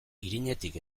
irinetik